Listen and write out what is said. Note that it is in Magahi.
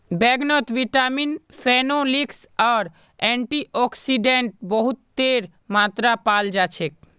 बैंगनत विटामिन, फेनोलिक्स आर एंटीऑक्सीडेंट बहुतेर मात्रात पाल जा छेक